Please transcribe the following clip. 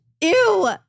Ew